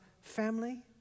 family